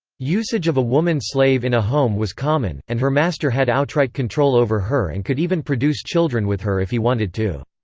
usage of a woman slave in a home was common, and her master had outright control over her and could even produce children with her if he wanted to.